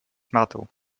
matoł